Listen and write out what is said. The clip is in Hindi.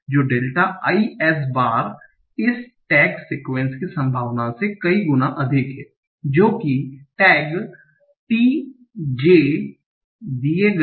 जो डेल्टा i S बार इस टैग सीक्वन्स की संभावना से कई गुना अधिक है जो कि टैग t j